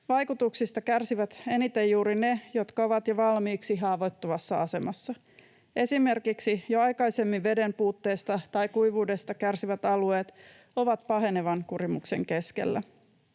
Vaikutuksista kärsivät eniten juuri ne, jotka ovat jo valmiiksi haavoittuvassa asemassa. Esimerkiksi jo aikaisemmin vedenpuutteesta tai kuivuudesta kärsivät alueet ovat pahenevan kurimuksen keskellä.